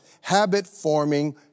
habit-forming